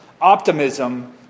optimism